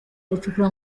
gucukura